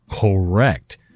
correct